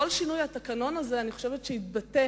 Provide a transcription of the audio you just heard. כל שינוי התקנות, יתבטא